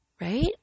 right